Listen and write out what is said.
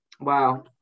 Wow